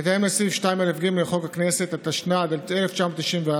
בהתאם לסעיף 2א(ג) לחוק הכנסת, התשנ"ד 1994,